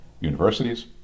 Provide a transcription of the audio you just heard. universities